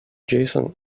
jason